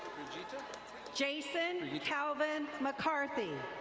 jason jason calvin mccarthy.